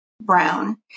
Brown